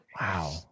wow